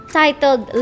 titled